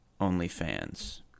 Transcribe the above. OnlyFans